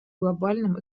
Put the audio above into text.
глобальном